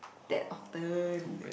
that often